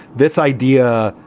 this idea,